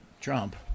Trump